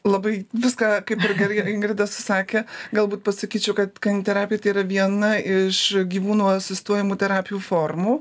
labai viską kaip ir gerai ingrida susakė galbūt pasakyčiau kad kaniterapija tai yra viena iš gyvūnų asistuojamų terapijų formų